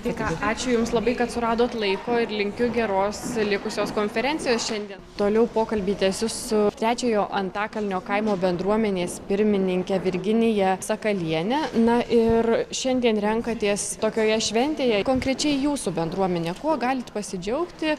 tai ką ačiū jums labai kad suradot laiko ir linkiu geros likusios konferencijos šiandien toliau pokalbį tęsiu su trečiojo antakalnio kaimo bendruomenės pirmininke virginija sakaliene na ir šiandien renkatės tokioje šventėje konkrečiai jūsų bendruomenė kuo galit pasidžiaugti